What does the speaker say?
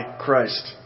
Christ